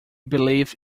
believed